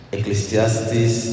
Ecclesiastes